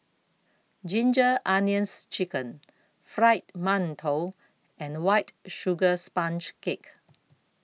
Ginger Onions Chicken Fried mantou and White Sugar Sponge Cake